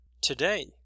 today